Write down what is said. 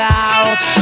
out